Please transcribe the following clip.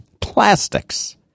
Plastics